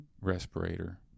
respirator